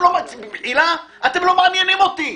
במחילה, אתם לא מעניינים אותי.